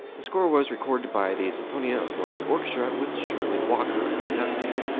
the score was recorded by the sinfonia of london orchestra with shirley walker conducting.